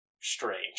strange